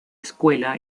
escuela